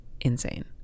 insane